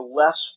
less